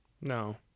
No